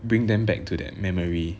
bring them back to that memory